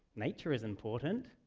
nature is important,